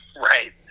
Right